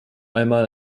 einmal